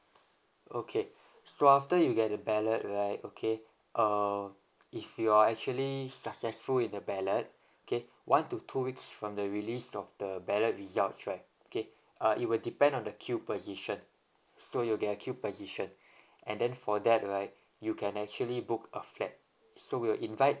okay so after you get a ballot right okay uh if you are actually successful in a ballot okay one to two weeks from the release of the ballot results right okay uh it will depend on the queue position so you'll get a queue position and then for that right you can actually book a flat so we will invite